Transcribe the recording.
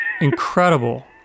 Incredible